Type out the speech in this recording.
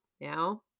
Now